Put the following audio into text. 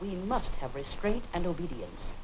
we must have restraint and obedience